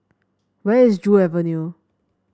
where is Joo Avenue